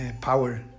power